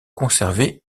conserver